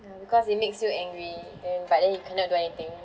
ya because it makes you angry then but then you cannot do anything